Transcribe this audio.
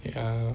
ya